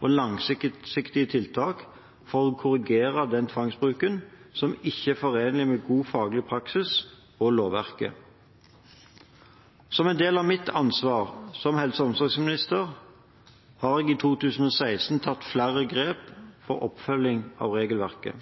og langsiktige tiltak for å korrigere den tvangsbruken som ikke er forenlig med god faglig praksis og med lovverket. Som en del av mitt ansvar som helse- og omsorgsminister har jeg i 2016 tatt flere grep for oppfølging av regelverket.